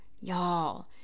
Y'all